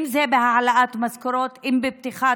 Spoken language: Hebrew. אם זה בהעלאת משכורות ואם זה בפתיחת